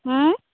ହୁଁ